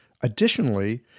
Additionally